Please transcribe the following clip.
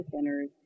centers